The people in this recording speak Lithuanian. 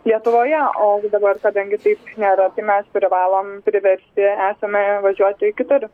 lietuvoje o gi dabar kadangi taip nėra tai mes privalom priversti esame važiuoti kitur